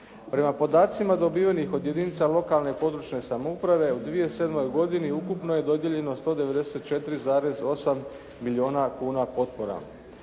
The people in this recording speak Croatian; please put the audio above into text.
Prema podacima dobivenim od jedinica lokalne i područne samouprave u 2007. godini ukupno je dodijeljeno 194,8 milijuna kuna potpora.